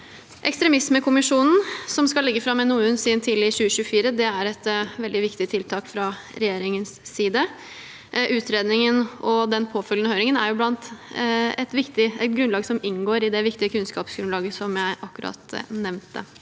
Ekstremismekommisjonen, som skal legge fram NOU-en sin tidlig i 2024, er et veldig viktig tiltak fra regjeringens side. Utredningen og den påfølgende høringen er viktig og inngår i det viktige kunnskapsgrunnlaget jeg akkurat nevnte.